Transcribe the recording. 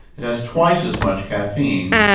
it has twice as much caffeine,